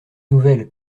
nouvelle